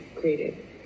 created